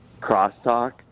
crosstalk